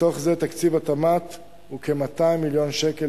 מתוך זה תקציב התמ"ת הוא כ-200 מיליון שקל